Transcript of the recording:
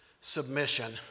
Submission